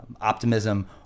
optimism